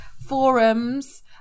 forums